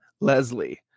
Leslie